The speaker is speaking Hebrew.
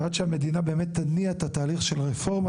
ועד שהמדינה תניע את התהליך של רפורמה